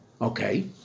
Okay